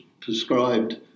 prescribed